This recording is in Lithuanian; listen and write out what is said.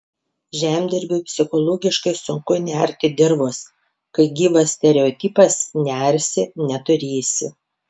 žemdirbiui psichologiškai sunku nearti dirvos kai gyvas stereotipas nearsi neturėsi